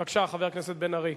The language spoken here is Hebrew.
בבקשה, חבר הכנסת בן-ארי.